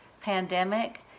pandemic